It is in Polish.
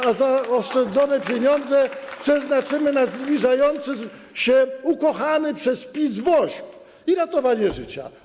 I zaoszczędzone pieniądze przeznaczymy na zbliżający się, ukochany przez PiS WOŚP i ratowanie życia.